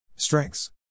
strengths